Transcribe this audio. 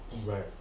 Right